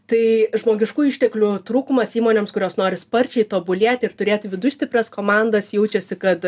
tai žmogiškųjų išteklių trūkumas įmonėms kurios nori sparčiai tobulėti ir turėti viduj stiprias komandas jaučiasi kad